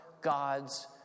God's